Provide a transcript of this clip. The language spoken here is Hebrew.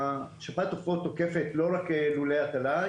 שפעת העופות תוקפת לא רק לולי הטלה,